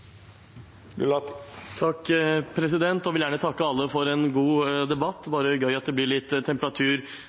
1 minutt. Jeg vil gjerne takke alle for en god debatt – det er bare gøy at det blir litt temperatur